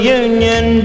union